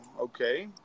okay